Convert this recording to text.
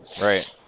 Right